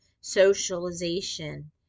socialization